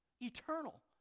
Eternal